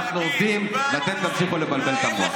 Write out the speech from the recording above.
אנחנו עובדים ואתם תמשיכו לבלבל את המוח.